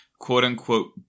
quote-unquote